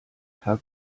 tag